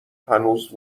هنوز